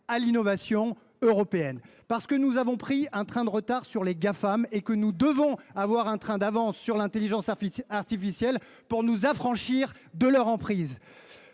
à l’innovation européenne. Parce que nous avons pris un train de retard sur les Gafam, il nous faut désormais avoir un train d’avance sur l’intelligence artificielle afin de nous affranchir de leur emprise.